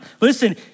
Listen